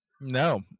No